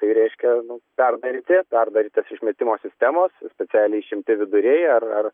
tai reiškia nu perdaryti perdarytos išmetimo sistemos specialiai išimti viduriai ar ar